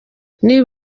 niba